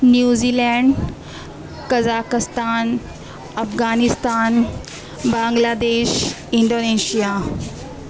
New Zealand Kazakhstan Afghanistan Bangladesh Indonesia